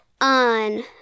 On